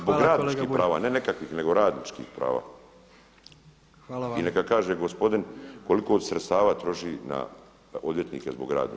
Zbog radničkih prava, ne nekakvih nego radničkih prava [[Upadica Jandroković: Hvala kolega Bulj.]] I neka kaže gospodin koliko sredstava troši na odvjetnike zbog radnika.